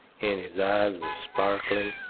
and his eyes was sparkling,